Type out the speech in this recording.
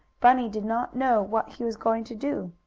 bunny did not know what he was going to do.